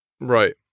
Right